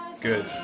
good